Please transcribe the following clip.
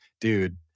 dude